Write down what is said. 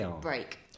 break